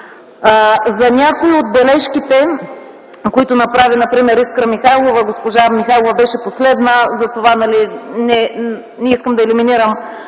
За някои от бележките, които направи например Искра Михайлова. Госпожа Михайлова беше последна, не искам да елиминирам